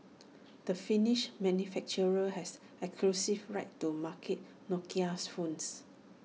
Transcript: the finnish manufacturer has exclusive rights to market Nokia's phones